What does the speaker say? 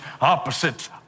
opposites